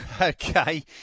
Okay